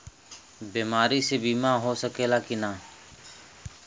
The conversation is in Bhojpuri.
बीमारी मे बीमा हो सकेला कि ना?